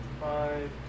five